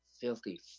Filthy